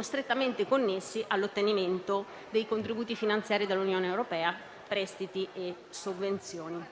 strettamente connessi all'ottenimento dei contributi finanziari dell'Unione europea (prestiti e sovvenzioni).